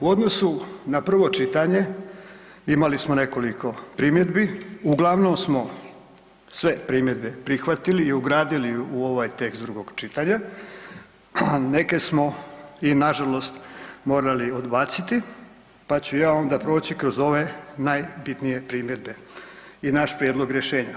U odnosu na prvo čitanje imali smo nekoliko primjedbi, uglavnom smo sve primjedbe prihvatili i ugradili u ovaj tekst drugog čitanja, a neke smo i nažalost morali odbaciti, pa ću onda ja proći kroz ove najbitnije primjedbe i naš prijedlog rješenja.